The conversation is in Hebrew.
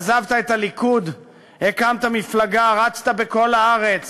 עזבת את הליכוד, הקמת מפלגה, רצת בכל הארץ,